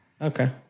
Okay